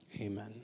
Amen